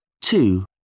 Two